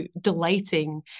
delighting